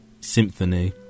Symphony